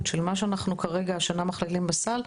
של מה שאנחנו כרגע השנה מכלילים בסל,